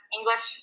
English